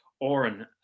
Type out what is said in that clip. Oren